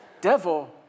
devil